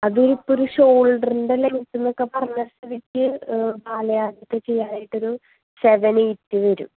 അതിപ്പോൾ ഒരു ഷോൾഡറിൻ്റെ ലെങ്ത് എന്നൊക്കെ പറഞ്ഞാൽ ശരിക്ക് ബാലയാജോക്കെ ചെയ്യാനായിട്ടൊരു സെവൻ എയിറ്റ് വരും